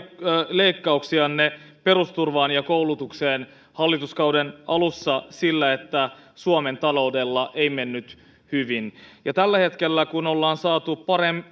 leikkauksianne perusturvaan ja koulutukseen hallituskauden alussa sillä että suomen taloudella ei mennyt hyvin ja kun tällä hetkellä ollaan saatu